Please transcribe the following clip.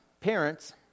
parents